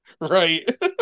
Right